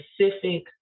specific